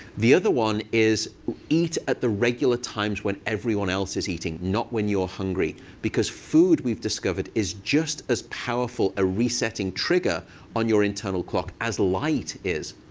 the other one is eat at the regular times when everyone else is eating, not when you're hungry. because food, we've discovered, is just as powerful a resetting trigger on your internal clock as light is.